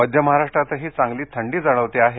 मध्य महाराष्ट्रातही चांगली थंडी जाणवते आहे